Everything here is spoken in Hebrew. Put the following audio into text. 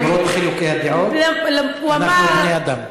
למרות חילוקי הדעות, אנחנו בני-אדם.